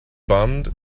bummed